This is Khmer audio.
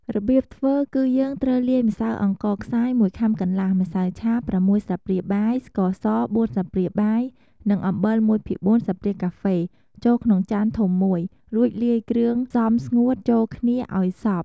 របៀបធ្វើគឺ យើងត្រូវលាយម្សៅអង្ករខ្សាយ ១ខាំកន្លះ ម្សៅឆា ៦ ស្លាបព្រាបាយ ស្ករស ៤ ស្លាបព្រាបាយ និងអំបិល ១ភាគ៤ ស្លាបព្រាកាហ្វេ ចូលក្នុងចានធំមួយ រួចលាយគ្រឿងផ្សំស្ងួតចូលគ្នាឱ្យសព្វ។